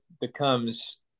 becomes